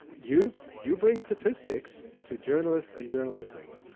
you you bring statistics to journalists and journalism,